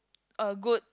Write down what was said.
a good